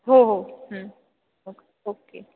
हो हो okay okay